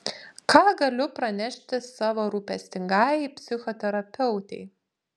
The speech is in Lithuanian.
ką galiu pranešti savo rūpestingajai psichoterapeutei